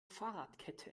fahrradkette